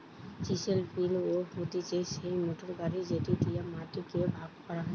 chisel পিলও হতিছে সেই মোটর গাড়ি যেটি দিয়া মাটি কে ভাগ করা হয়